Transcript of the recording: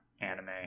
anime